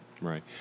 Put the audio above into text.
right